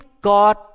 God